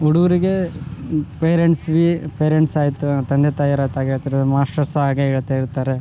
ಹುಡುಗ್ರಿಗೆ ಪೇರೆಂಟ್ಸ್ವಿ ಪೇರೆಂಟ್ಸ್ ಆಯಿತು ತಂದೆ ತಾಯರತಾಗ್ ಹೇಳ್ತಿರೋದು ಮಾಸ್ಟ್ರು ಸಹ ಹಾಗೆ ಹೇಳ್ತಾಯಿರ್ತಾರೆ